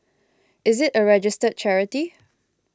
is it a registered charity